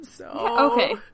Okay